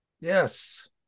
yes